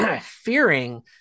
fearing